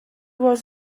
was